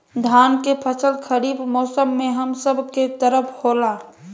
धान के फसल खरीफ मौसम में हम सब के तरफ होला